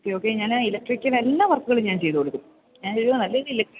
okay okay ഞാൻ electrical എല്ലാ വർക്കുകളും ഞാൻ ചെയ്തു കൊടുക്കും ഞാൻ ഒരു നല്ല ഒരു ഇലക്ട്രിഷ്യനാണ്